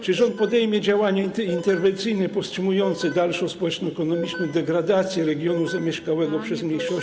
Czy rząd podejmie działania interwencyjne powstrzymujące dalszą społeczno-ekonomiczną degradację regionu zamieszkałego przez mniejszości.